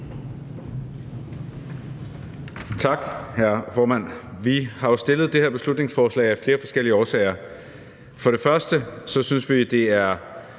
Tak, hr. formand. Vi har jo fremsat det her beslutningsforslag af flere forskellige årsager. Vi synes, det er